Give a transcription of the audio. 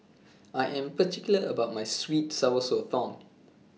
I Am particular about My Sweet and Sour Sotong